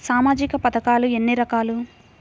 సామాజిక పథకాలు ఎన్ని రకాలు?